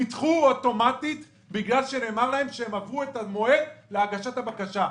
נדחו אוטומטית בגלל שנאמר להם שהם עברו את המועד להגשת הבקשה.